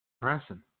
pressing